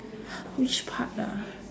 which part ah